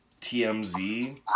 TMZ